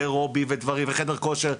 אירובי וחדר כושר,